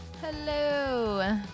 hello